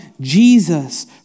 Jesus